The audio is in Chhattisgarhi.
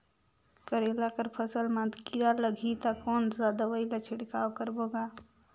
करेला कर फसल मा कीरा लगही ता कौन सा दवाई ला छिड़काव करबो गा?